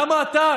למה אתה,